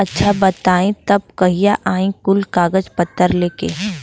अच्छा बताई तब कहिया आई कुल कागज पतर लेके?